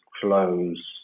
close